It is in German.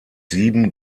sieben